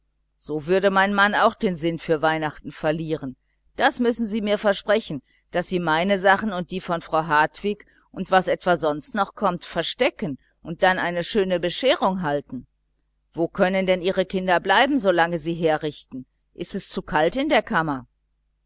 so würde mein mann auch den sinn für weihnachten verlieren das müssen sie mir versprechen schmidtmeierin daß sie meine sachen und die von frau hartwig und was etwa sonst noch kommt verstecken und dann eine schöne bescherung halten wo können denn ihre kinder bleiben solange sie herrichten ist's zu kalt in der kammer